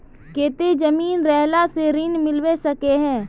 केते जमीन रहला से ऋण मिलबे सके है?